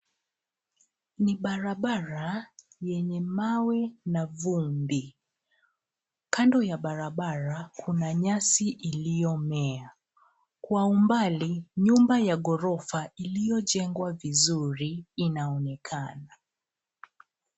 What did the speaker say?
Ni barabara lenye mawe na vumbi. Kando ya barabara kuna nyasi iliyomea. Kwa umbali nyumba ya ghorofa iliyojengwa vizuri inaonekana.